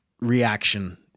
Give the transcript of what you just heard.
reaction